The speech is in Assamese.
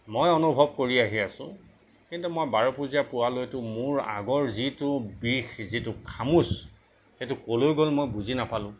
মই অনুভৱ কৰি আহি আছোঁ কিন্তু মই বাৰপূজীয়া পোৱালৈতো আগত যিটো বিষ যিটো খামোচ সেইটো কলৈ গ'ল মই বুজি নাপালোঁ